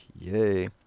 Yay